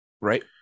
Right